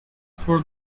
for